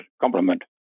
complement